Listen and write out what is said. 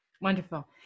Wonderful